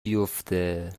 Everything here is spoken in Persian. بیفته